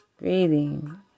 breathing